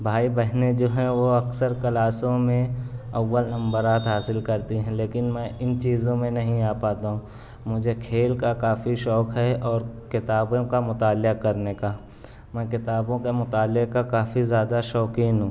بھائی بہنیں جو ہیں وہ اکثر کلاسوں میں اول نمبرات حاصل کرتے ہیں لیکن میں اِن چیزوں میں نہیں آ پاتا ہوں مجھے کھیل کا کافی شوق ہے اور کتابوں کا مطالعہ کرنے کا میں کتابوں کا مطالعہ کا کافی زیادہ شوقین ہوں